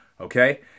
Okay